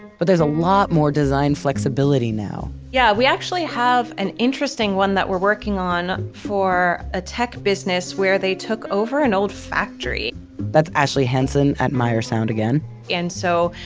but there's a lot more design flexibility now yeah, we actually have an interesting one that we're working on for a tech business where they took over an old factory that's ashley hanson at meyer sound again and so,